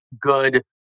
good